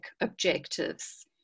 objectives